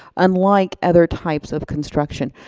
unlike other types of construction.